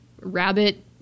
rabbit